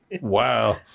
Wow